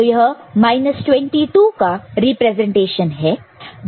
तो यह 22 का रीप्रेजेंटेशन है